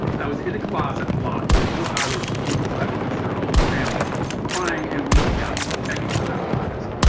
i was in a closet locked for four hours with people i would consider almost family. crying and weeping on me. begging for their lives.